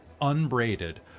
unbraided